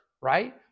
right